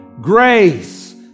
grace